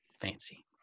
fancy